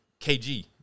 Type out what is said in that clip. KG